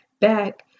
back